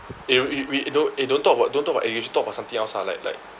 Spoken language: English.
eh we we don~ eh don't talk about don't talk about eh you should talk about something else ah like like